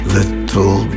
Little